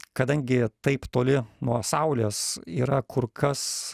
kadangi taip toli nuo saulės yra kur kas